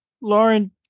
Lauren